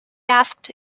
asked